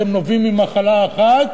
והם נובעים ממחלה אחת,